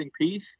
piece